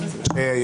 רבותיי,